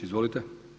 Izvolite!